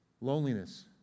loneliness